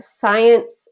science